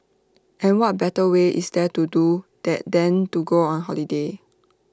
and what better way is there to do that than to go on holiday